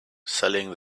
selling